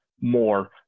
more